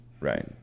Right